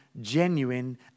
genuine